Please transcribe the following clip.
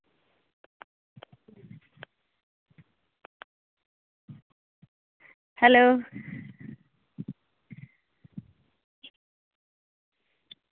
hello